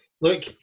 look